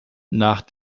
nach